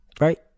Right